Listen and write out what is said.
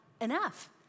enough